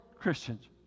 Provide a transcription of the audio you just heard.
Christians